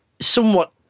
somewhat